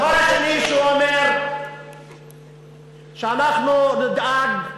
דבר שני, שהוא אומר שאנחנו נדאג,